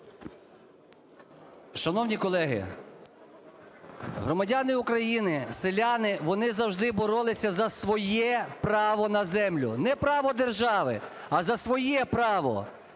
Шановні колеги, громадяни України! Селяни вони завжди боролися за своє право на землю. Не право держави, а за своє право.